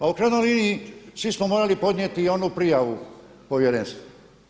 A u krajnjoj liniji svi smo morali podnijeti i onu prijavu povjerenstvu.